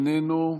איננו,